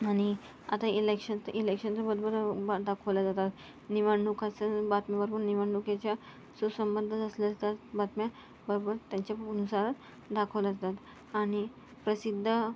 आणि आता इलेक्शन इलेक्शनच्या बरोबर बा दाखवल्या जातात निवडणुकाचं बातम्या बरोबर निवडणुकीच्या सुसंबद्ध असले तर बातम्या बरोबर त्यांच्यानुसार दाखवल्या जातात आणि प्रसिद्ध